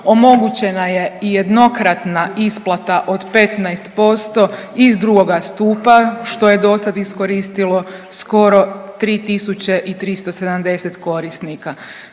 omogućena i jednokratna isplata od 15% iz drugoga stupa, što je dosad iskoristilo skoro 3370 korisnika.